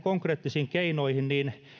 konkreettisiin keinoihin niin